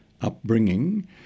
upbringing